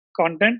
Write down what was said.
content